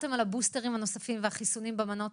דיברתם על הבוסטרים הנוספים ועל החיסונים במנות